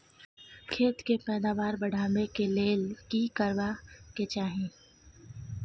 खेत के पैदावार बढाबै के लेल की करबा के चाही?